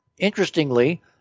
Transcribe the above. Interestingly